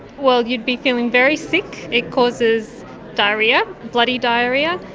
well, you'd be feeling very sick. it causes diarrhoea, bloody diarrhoea,